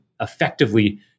effectively